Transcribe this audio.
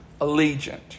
allegiant